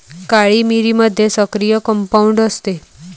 काळी मिरीमध्ये सक्रिय कंपाऊंड असते